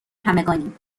همگانیم